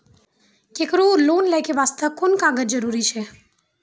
केकरो लोन लै के बास्ते कुन कागज जरूरी छै?